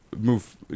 move